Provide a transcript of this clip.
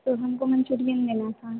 तो हमको मंचूरियन लेना था